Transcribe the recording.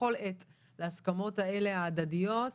בכל עת להסכמות האלה ההדדיות,